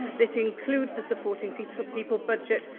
this includes the supporting people but people budget,